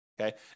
okay